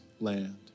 land